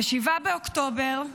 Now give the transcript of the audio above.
ב-7 באוקטובר,